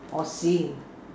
orh sing